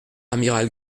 amiral